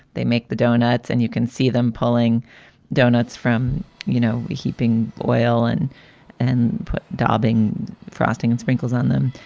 they make the doughnuts and you can see them pulling doughnuts from, you know, heaping oil in and and put daubing frosting and sprinkles on them.